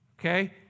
Okay